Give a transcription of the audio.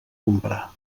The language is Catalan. comprar